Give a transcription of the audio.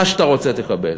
מה שאתה רוצה תקבל.